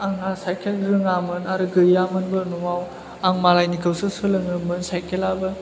आंहा साइकेल रोङामोन आरो गैयामोनबो न'आव आं मालायनिखौसो सोलोङोमोन साइकेलाबो